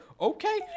okay